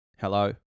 Hello